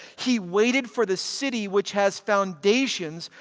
he waited for the city which has foundations,